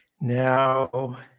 Now